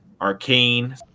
arcane